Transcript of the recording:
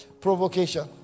provocation